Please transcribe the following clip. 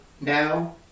now